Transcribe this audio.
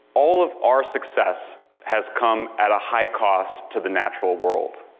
all of our success has come at a high cost to the natural world.